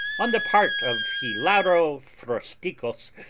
on the part of hilaro frosticos,